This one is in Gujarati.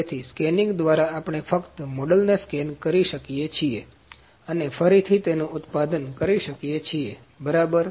તેથી સ્કેનીંગ દ્વારા આપણે ફક્ત મોડેલને સ્કેન કરી શકીએ છીએ અને ફરીથી તેનું ઉત્પાદન કરી શકીએ બરાબર